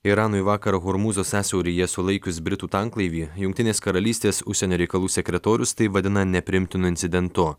iranui vakar hormūzo sąsiauryje sulaikius britų tanklaivį jungtinės karalystės užsienio reikalų sekretorius tai vadina nepriimtinu incidentu